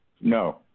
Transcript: No